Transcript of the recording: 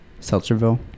Seltzerville